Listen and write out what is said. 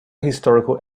historical